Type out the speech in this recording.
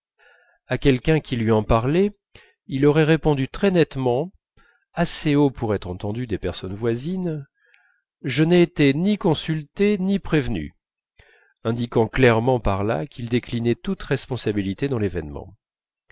à quelqu'un qui lui en parlait il aurait répondu très nettement assez haut pour être entendu des personnes voisines je n'ai été ni consulté ni prévenu indiquant clairement par là qu'il déclinait toute responsabilité dans l'événement